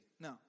No